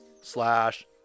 slash